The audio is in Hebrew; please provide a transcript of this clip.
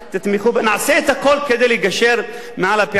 נעשה את הכול כדי לגשר על הפערים האלה,